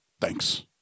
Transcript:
Thanks